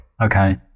Okay